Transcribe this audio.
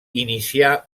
inicià